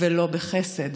ולא בחסד,